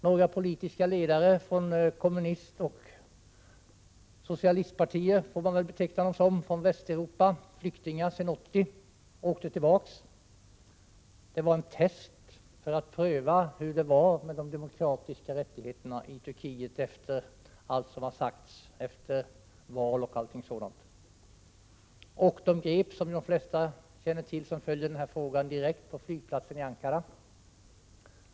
Några politiska ledare från kommunistoch socialistpartier — så får man väl beteckna dem — åkte tillbaka till Turkiet efter att ha varit flyktingar i Västeuropa. Det var en test för att pröva hur det var med de demokratiska rättigheterna i Turkiet, efter de val som varit osv. De greps direkt på flygplatsen i Ankara, vilket de flesta känner till som följer den här frågan.